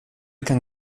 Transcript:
kan